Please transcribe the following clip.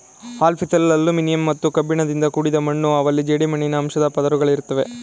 alfisol aluminium ಮತ್ತು ಕಬ್ಬಿಣದಿಂದ ಕೂಡಿದ ಮಣ್ಣು ಅವಲ್ಲಿ ಜೇಡಿಮಣ್ಣಿನ ಅಂಶದ್ ಪದರುಗಳಿರುತ್ವೆ